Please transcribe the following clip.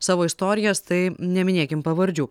savo istorijas tai neminėkim pavardžių